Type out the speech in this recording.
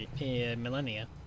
millennia